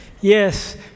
yes